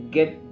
Get